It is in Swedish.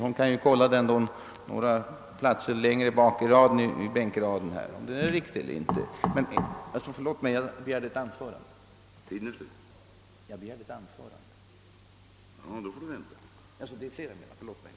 Herr Lindholm kan kontrollera denna uppgift några platser längre bak i bänkraden.